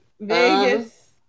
Vegas